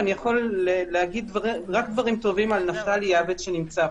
ואני יכול להגיד רק דברים טובים על נפתלי עאבד שנמצא פה,